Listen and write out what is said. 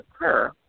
occur